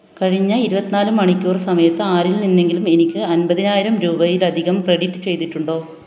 ഞാൻ പോകാൻ ആഗ്രഹിക്കുന്ന ജാസ് ബാറിൽ ഇന്ന് രാത്രി ഒമ്പതിന് നല്ലൊരു ബാൻ്റ് കളിക്കുന്നുണ്ട്